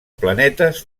planetes